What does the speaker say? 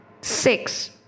Six